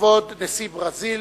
לכבוד נשיא ברזיל,